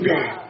God